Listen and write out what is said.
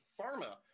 pharma